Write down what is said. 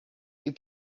you